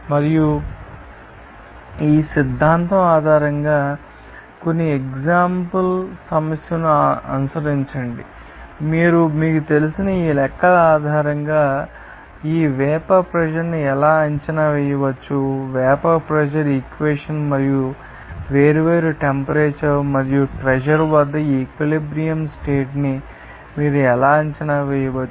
మరియు ఈ సిద్ధాంతం ఆధారంగా కొన్ని ఎగ్జాంపల్ సమస్యను అనుసరించండి మరియు మీకు తెలిసిన ఈ లెక్కల ఆధారంగా ఈ వేపర్ ప్రెషర్ న్ని ఎలా అంచనా వేయవచ్చు వేపర్ ప్రెషర్ ఇక్వేషన్ మరియు వేర్వేరు టెంపరేచర్ మరియు ప్రెషర్ వద్ద ఆ ఈక్విలిబ్రియం స్టేట్ ని మీరు ఎలా అంచనా వేయవచ్చు